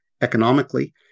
economically